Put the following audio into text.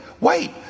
wait